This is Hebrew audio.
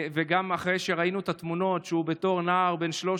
גם אחרי שראינו את התמונות שהוא בתור נער בן 13